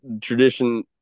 tradition